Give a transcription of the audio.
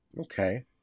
okay